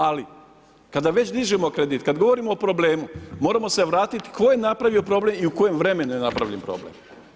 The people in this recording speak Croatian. Ali, kada već dižemo kredit, kada govorimo o problemu, moramo se vratiti tko je napravio problem i u kojem vremenu je napravljen problem.